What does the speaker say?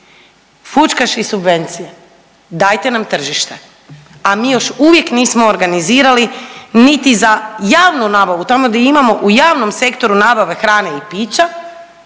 fućkaš i subvencije dajte nam tržište, a mi još uvijek nismo organizirali niti za javnu nabavu tamo gdje imamo u javnom sektoru nabave hrane i pića